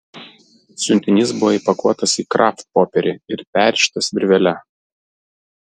siuntinys buvo įpakuotas į kraftpopierį ir perrištas virvele